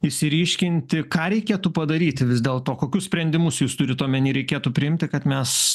išsiryškinti ką reikėtų padaryti vis dėl to kokius sprendimus jūs turit omeny reikėtų priimti kad mes